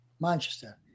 Manchester